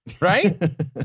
Right